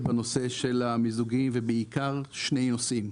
בנושא של המיזוגים ובעיקר שני נושאים.